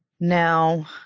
Now